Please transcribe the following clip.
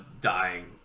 dying